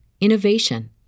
innovation